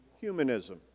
humanism